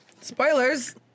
Spoilers